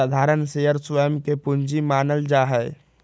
साधारण शेयर स्वयं के पूंजी मानल जा हई